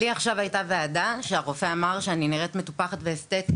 עכשיו הייתה ועדה שהרופא אמר שאני נראית מטופחת ואסתטית,